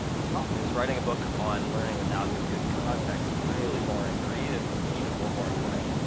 the problem is, writing a book on learning without a good context is really boring to read and even more boring to write.